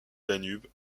danube